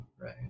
right